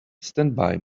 standby